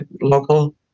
local